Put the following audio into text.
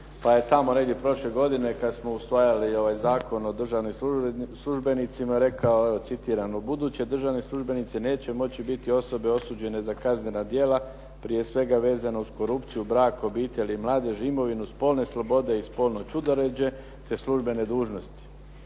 pa je tamo negdje prošle godine kad smo usvajali ovaj Zakon o državnim službenicima rekao, citiram: "Ubuduće državni službenici neće moći biti osobe osuđene za kaznena djela prije svega vezano uz korupciju, brak, obitelj i mladež, imovinu, spolne slobode i spolno ćudoređe, te službene dužnosti.